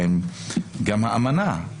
גם האמנה,